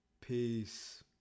Peace